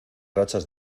rachas